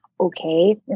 Okay